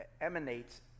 emanates